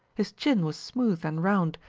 his chin was smooth and round,